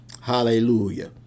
Hallelujah